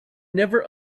never